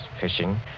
fishing